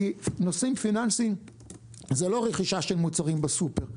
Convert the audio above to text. כי נושאים פיננסיים זה לא רכישה של מוצרים בסופר.